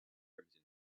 crimson